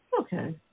Okay